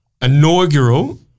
inaugural